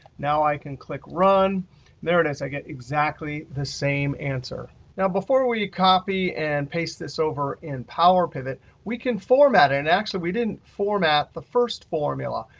now i can click run, and there it is, i get exactly the same answer. now before we copy and paste this over in power pivot, we can format it, and actually, we didn't format the first formula.